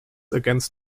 against